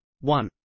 One